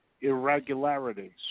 irregularities